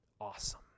awesome